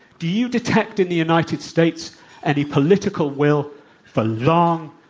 do you detect in the united states any political will for long,